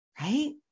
right